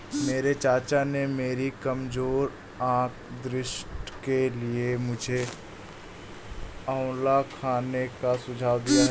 मेरे चाचा ने मेरी कमजोर आंख दृष्टि के लिए मुझे आंवला खाने का सुझाव दिया है